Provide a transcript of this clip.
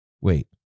wait